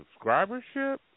subscribership